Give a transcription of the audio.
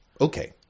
Okay